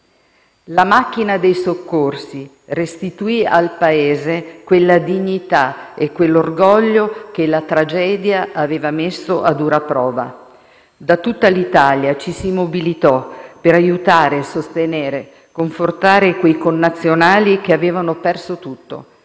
La macchina dei soccorsi restituì al Paese quella dignità e quell'orgoglio che la tragedia aveva messo a dura prova. Da tutta l'Italia ci si mobilitò per aiutare, sostenere, confortare quei connazionali che avevano perso tutto;